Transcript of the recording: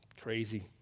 Crazy